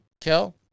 Kel